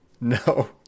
No